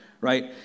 right